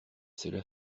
cela